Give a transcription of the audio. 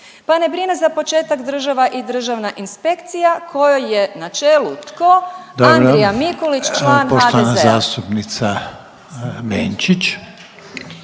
Pa ne brine za početak država i državna inspekcija kojoj je na čelu tko, Andrija Mikulić, član HDZ-a. **Reiner, Željko